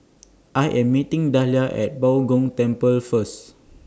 I Am meeting Dahlia At Bao Gong Temple First